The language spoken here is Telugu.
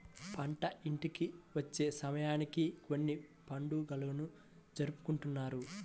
పంట ఇంటికి వచ్చే సమయానికి కొన్ని పండుగలను జరుపుకుంటారు